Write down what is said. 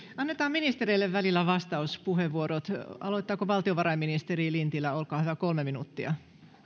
annetaan ministereille välillä vastauspuheenvuorot aloittaako valtiovarainministeri lintilä kolme minuuttia